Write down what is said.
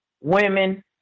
women